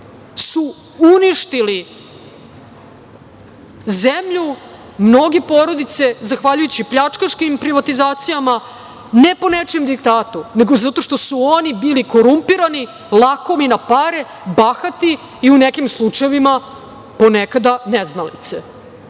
su uništili zemlju, mnoge porodice zahvaljujući pljačkaškim privatizacijama, ne po nečijem diktatu, nego zato što su oni bili korumpirani, lakomi na pare, bahati i u nekim slučajevima ponekada neznalice. Kakve